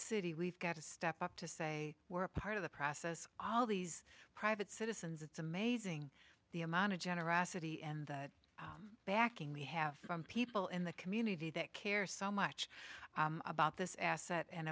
city we've got to step up to say we're part of the process all these private citizens it's amazing the amount of generosity and backing we have from people in the community that care so much about this asset and